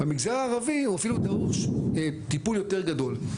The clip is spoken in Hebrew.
במגזר הערבי דרוש אפילו טיפול יותר גדול.